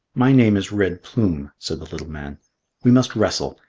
my name is red plume, said the little man we must wrestle.